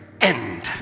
end